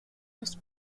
los